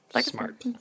Smart